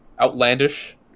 outlandish